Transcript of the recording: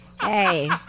Hey